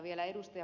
vielä ed